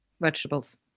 Vegetables